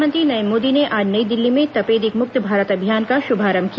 प्रधानमंत्री नरेंद्र मोदी ने आज नई दिल्ली में तपेदिक मुक्त भारत अभियान का शुभारम्भ किया